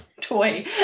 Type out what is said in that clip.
toy